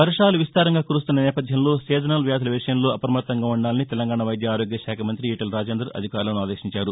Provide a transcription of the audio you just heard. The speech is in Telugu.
వర్వాలు విస్తారంగా కురుస్తున్న నేపథ్యంలో సీజనల్ వ్యాధుల విషయంలో అప్రమత్తంగా ఉండాలని తెలంగాణ వైద్య ఆరోగ్యశాఖ మంృతి ఈటెల రాజేందర్ అధికారులను ఆదేశించారు